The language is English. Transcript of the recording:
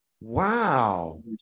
wow